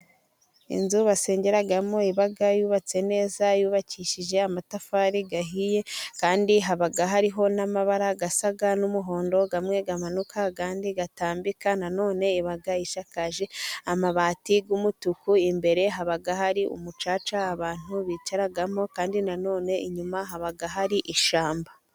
Inzu basengeramo iba yubatse neza yubakishije amatafari ahiye, kandi haba hariho n'amabara asa n'umuhondo, amwe amanuka andi atambika, nanone iba isakaje amabati y'umutuku, imbere haba hari umucaca abantu bicaramo, kandi nanone inyuma haba hari ishyamba.